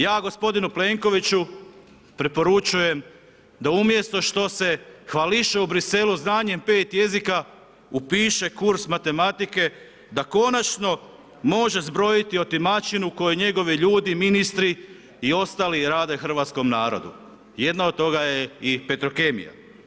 Ja gospodinu Plenkoviću preporučujem da umjesto što se hvališe u Bruxellesu znanjem pet jezika upiše kurs matematike da konačno može zbrojiti otimačinu koju njegovi ljudi ministri i ostali rade hrvatskom narodu, jedna od toga je i Petrokemija.